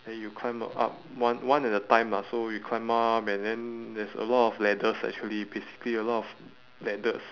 then you climb up up one one at a time lah so you climb up and then there's a lot of ladders actually basically a lot of ladders